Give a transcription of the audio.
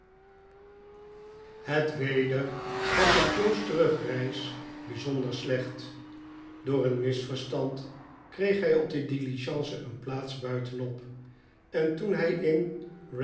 het weder was op joe's terugreis bijzonder slecht door een misverstand kreeg hij op de diligence eene plaats buitenop en toen hij in